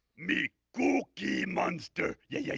me cookie monster. yeah, yeah,